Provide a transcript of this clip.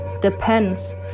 depends